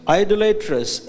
idolatrous